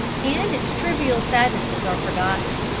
and its trivial sadnesses are forgotten.